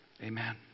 Amen